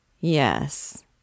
Yes